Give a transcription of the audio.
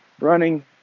running